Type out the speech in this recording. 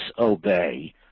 disobey